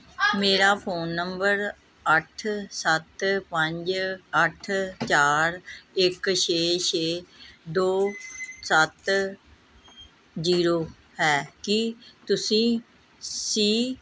ਮੇਰਾ phone number ਅੱਠ ਸੱਤ ਪੰਜ ਅੱਠ ਚਾਰ ਇੱਕ ਛੇ ਛੇ ਦੋ ਸੱਤ ਜ਼ੀਰੋ ਹੈ ਕੀ ਤੁਸੀਂ ਸੀ